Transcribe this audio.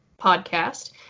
Podcast